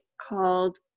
called